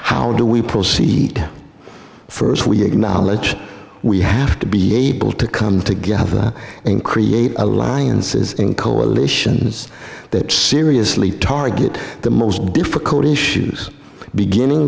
how do we proceed first we acknowledge we have to be able to come together and create alliances and coalitions that seriously target the most difficult issues beginning